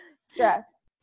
Stress